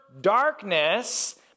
darkness